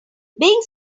being